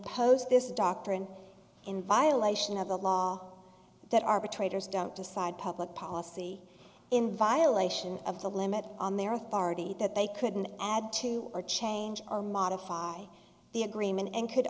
imposed this doctrine in violation of the law that arbitrators don't decide public policy in violation of the limit on their authority that they couldn't add to or change or modify the agreement and could